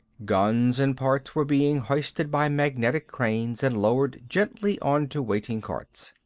guns and parts were being hoisted by magnetic cranes and lowered gently onto waiting carts.